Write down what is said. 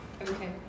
Okay